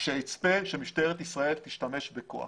שיצפה שמשטרת ישראל תשתמש בכוח.